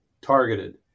targeted